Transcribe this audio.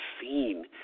seen